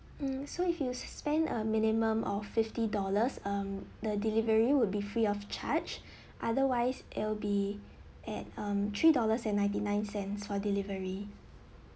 mm so if you spend a minimum of fifty dollars um the delivery would be free of charge otherwise it'll be at um three dollars and ninety nine cents for delivery